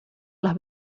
las